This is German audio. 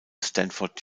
stanford